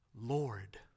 Lord